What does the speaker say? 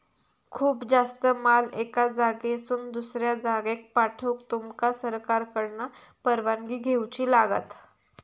खूप जास्त माल एका जागेसून दुसऱ्या जागेक पाठवूक तुमका सरकारकडना परवानगी घेऊची लागात